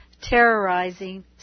Terrorizing